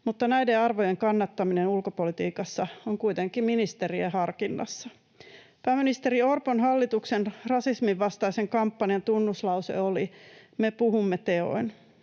mutta näiden arvojen kannattaminen ulkopolitiikassa on kuitenkin ministerien harkinnassa. Pääministeri Orpon hallituksen rasisminvastaisen kampanjan tunnuslause oli ”Me puhumme teoin”.